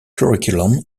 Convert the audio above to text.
curriculum